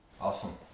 Awesome